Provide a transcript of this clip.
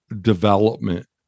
development